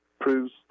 proves